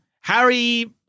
Harry